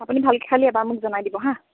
আপুনি ভালকৈ খালি এবাৰ মোক জনাই দিব হা